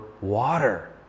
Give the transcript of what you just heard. water